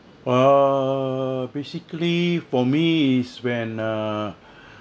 err basically for me is when err